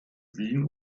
wien